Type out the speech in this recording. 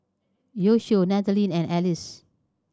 Yoshio Nathalie and Alice